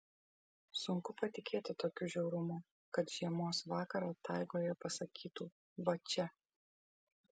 sunku patikėti tokiu žiaurumu kad žiemos vakarą taigoje pasakytų va čia